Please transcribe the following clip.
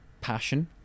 passion